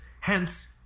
Hence